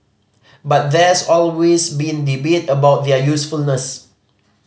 but there's always been debate about their usefulness